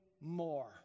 more